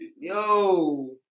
Yo